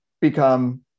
become